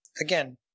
again